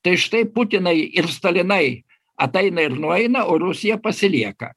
tai štai putinai ir stalinai ateina ir nueina o rusija pasilieka